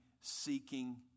seeking